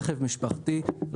רכב משפחתי,